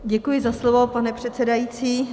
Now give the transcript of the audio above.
Děkuji za slovo, pane předsedající.